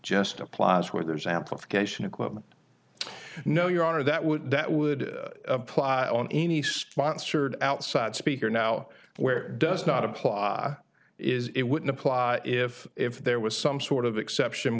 just applause where there's amplification equipment no your honor that would that would apply on any sponsored outside speaker now where does not apply is it wouldn't apply if if there was some sort of exception